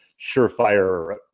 surefire